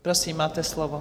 Prosím, máte slovo.